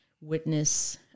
witness